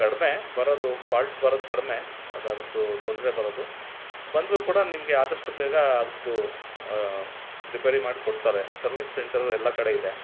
ಕಡಿಮೆ ಬರೋದು ಫಾಲ್ಟ್ ಬರೋದು ಕಡಿಮೆ ಅದರದ್ದು ತೊಂದರೆ ಬರೋದು ಬಂದರೂ ಕೂಡ ನಿಮಗೆ ಆದಷ್ಟು ಬೇಗ ಅದ್ರದ್ದು ರಿಪೇರಿ ಮಾಡಿ ಕೊಡ್ತಾರೆ ಸರ್ವೀಸ್ ಸೆಂಟರ್ ಎಲ್ಲ ಕಡೆ ಇದೆ